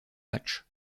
matchs